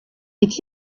est